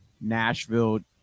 Nashville